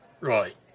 Right